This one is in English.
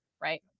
Right